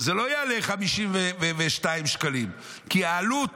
זה לא יעלה 52 שקלים, כי העלות